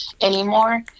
anymore